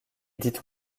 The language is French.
dites